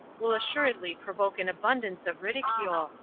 will assuredly provoke an abundance of ridicule,